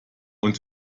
und